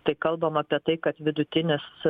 tai kalbam apie tai kad vidutinis